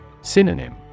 Synonym